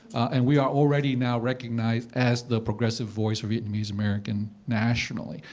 and we are already now recognized as the progressive voice for vietnamese-americans nationally.